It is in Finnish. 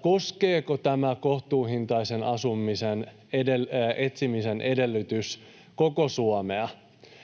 koskeeko tämä kohtuuhintaisen asumisen etsimisen edellytys koko Suomea.